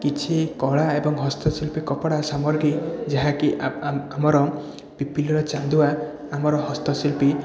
କିଛି କଳା ଏବଂ ହସ୍ତଶିଳ୍ପୀ କପଡା ସାମଗ୍ରୀ ଯାହାକି ଆମର ପିପିଲିର ଚାନ୍ଦୁଆ ଆମର ହସ୍ତଶିଳ୍ପୀ